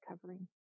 covering